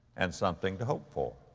and something to hope for.